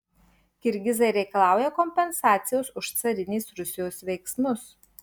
kirgizai reikalauja kompensacijos už carinės rusijos veiksmus